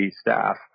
staff